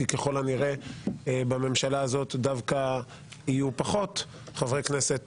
כי ככל הנראה בממשלה הזאת דווקא יהיו פחות חברי כנסת